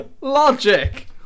Logic